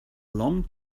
long